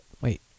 Wait